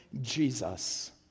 Jesus